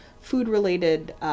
food-related